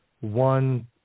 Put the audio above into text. one